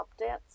updates